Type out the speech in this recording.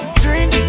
drink